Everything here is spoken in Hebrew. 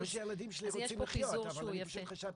אז יש פה פיזור שהוא יפה.